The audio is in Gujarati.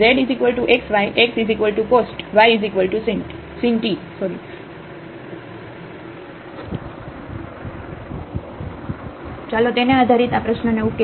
zxy xcos t ysin t ચાલો તેને આધારિત આ પ્રશ્ન ને ઉકેલીએ